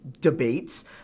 debates